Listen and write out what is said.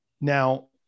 Now